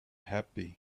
happy